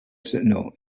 signal